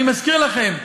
אני מזכיר לכם: